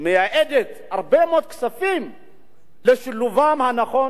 מייעדת הרבה מאוד כספים לשילובם הנכון